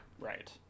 Right